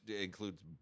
includes